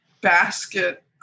basket